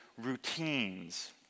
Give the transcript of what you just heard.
routines